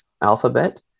alphabet